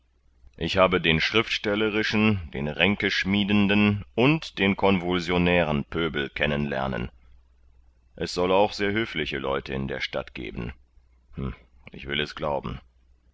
ich habe den schriftstellerischen den ränkeschmiedenden und den convulsionären pöbel kennen lernen es soll auch sehr höfliche leute in der stadt geben ich will es glauben